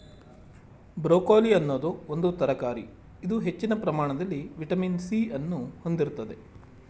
broccoli ಅನ್ನೋದು ಒಂದು ತರಕಾರಿ ಇದು ಹೆಚ್ಚಿನ ಪ್ರಮಾಣದಲ್ಲಿ ವಿಟಮಿನ್ ಸಿ ಅನ್ನು ಹೊಂದಿರ್ತದೆ